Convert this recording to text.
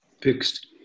fixed